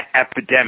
epidemic